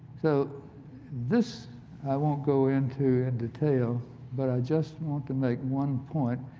so this i won't go into in detail but i just want to make one point,